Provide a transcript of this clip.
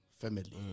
family